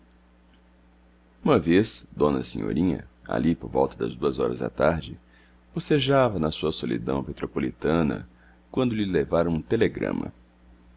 uma vez d senhorinha ali por volta das duas horas da tarde bocejava na sua solidão petropolitana quando lhe levaram um telegrama